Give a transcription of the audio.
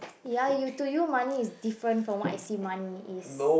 ya you to you money is different from what I see money is